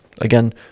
Again